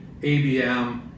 ABM